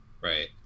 Right